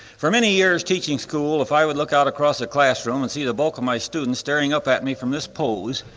for many years teaching school if i would look out across the classroom and see the bulk of my students staring up at me from this pose